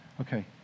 Okay